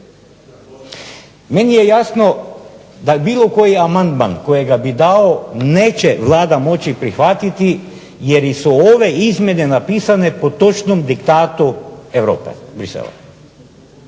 Meni je jasno da bilo koji amandman kojega bi dao neće Vlada moći prihvatiti jer su ove izmjene napisane po točnom diktatu Europe, Bruxellesa.